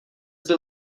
byl